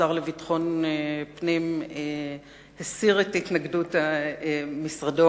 השר לביטחון פנים הסיר את התנגדות משרדו